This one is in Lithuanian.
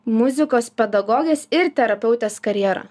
muzikos pedagogės ir terapeutės karjera